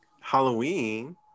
Halloween